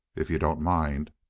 if you don't mind.